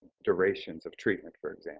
durations of treatment, for